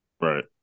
Right